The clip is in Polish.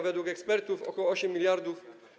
Według ekspertów - ok. 8 mld.